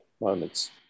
moments